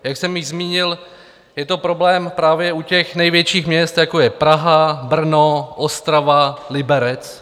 Jak jsem již zmínil, je to problém právě u největších měst, jako je Praha, Brno, Ostrava, Liberec.